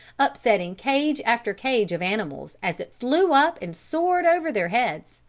upsetting cage after cage of animals as it flew up and soared over their heads.